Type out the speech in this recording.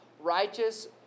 righteous